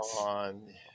on